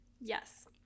Yes